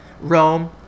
Rome